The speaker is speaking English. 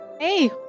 Hey